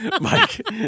Mike